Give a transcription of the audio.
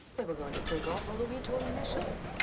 they were going to take off, although he told them they shouldn't.